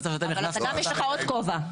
אבל יש לך עוד כובע.